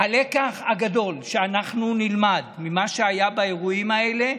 הלקח הגדול שאנחנו נלמד ממה שהיה באירועים האלה,